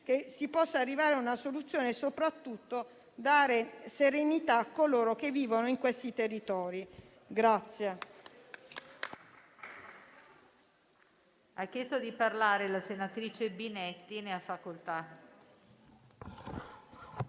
al fine di arrivare a una soluzione e soprattutto dare serenità a coloro che vivono in questi territori.